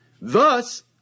Thus